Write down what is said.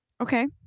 Okay